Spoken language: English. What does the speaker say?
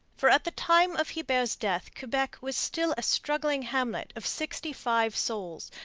for at the time of hebert's death quebec was still a struggling hamlet of sixty-five souls,